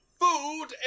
food